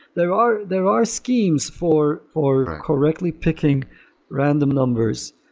there are there are schemes for for correctly picking random numbers,